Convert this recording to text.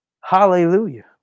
Hallelujah